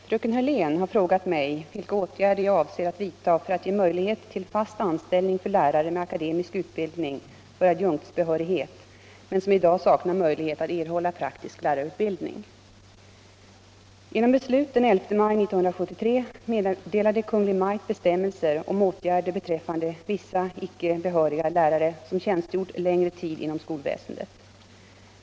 Herr talman! Fröken Hörlén har frågat mig vilka åtgärder jag avser att vidta för att ge möjlighet till fast anställning för lärare med akademisk utbildning för adjunktsbehörighet men som i dag saknar möjlighet att erhålla praktisk lärarutbildning. Genom beslut den 11 maj 1973 meddelade Kungl. Maj:t bestämmelser om åtgärder beträffande vissa icke behöriga lärare som tjänstgjort längre tid inom skolväsendet.